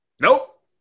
Nope